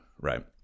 Right